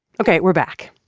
ok, we're back.